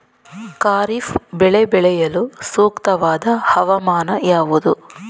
ಖಾರಿಫ್ ಬೆಳೆ ಬೆಳೆಯಲು ಸೂಕ್ತವಾದ ಹವಾಮಾನ ಯಾವುದು?